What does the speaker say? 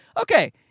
okay